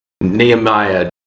Nehemiah